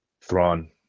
Thrawn